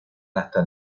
hasta